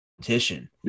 competition